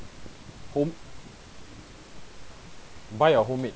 home buy or homemade